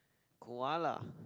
koala